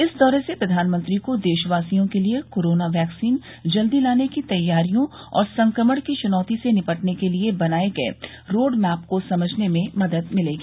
इस दौरे से प्रधानमंत्री को देशवासियों के लिए कोरोना वैक्सीन जल्दी लाने की तैयारियों और संक्रमण की चुनौती से निपटने के लिए बनाये गए रोडमैप को समझने में मदद मिलेगी